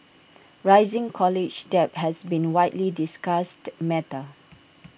rising college debt has been widely discussed matter